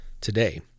today